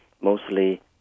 mostly